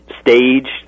stage